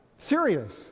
serious